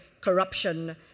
corruption